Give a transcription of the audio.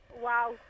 Wow